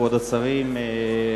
כבוד השרים,